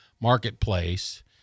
marketplace